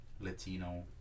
Latino